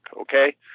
okay